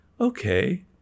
okay